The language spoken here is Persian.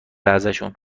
ازشون